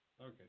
Okay